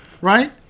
Right